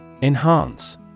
Enhance